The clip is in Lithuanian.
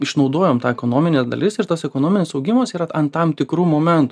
išnaudojom tą ekonomine dalis ir tas ekonominis augimas yra ant tam tikrų momentų